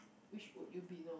which would you be know